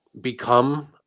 become